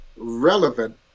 relevant